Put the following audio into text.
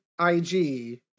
IG